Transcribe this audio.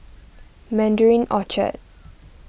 Mandarin Orchard